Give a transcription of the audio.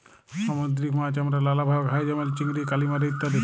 সামুদ্দিরিক মাছ আমরা লালাভাবে খাই যেমল চিংড়ি, কালিমারি ইত্যাদি